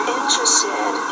interested